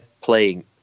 playing